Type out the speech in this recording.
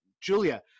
Julia